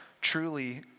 truly